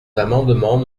amendements